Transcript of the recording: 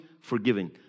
forgiving